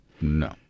No